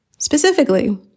Specifically